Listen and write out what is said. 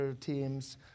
teams